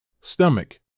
Stomach